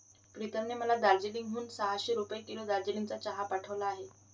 प्रीतमने मला दार्जिलिंग हून सहाशे रुपये किलो दार्जिलिंगचा चहा पाठवला आहे